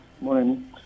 Morning